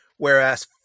Whereas